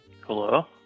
Hello